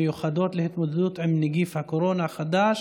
מיוחדות להתמודדות עם נגיף הקורונה החדש